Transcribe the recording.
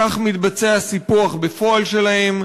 כך מתבצע סיפוח בפועל שלהם.